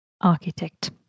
architect